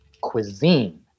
cuisine